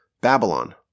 Babylon